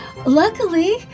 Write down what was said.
Luckily